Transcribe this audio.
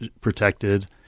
protected